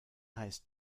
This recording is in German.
heißt